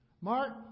Mark